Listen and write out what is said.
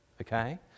okay